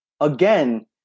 Again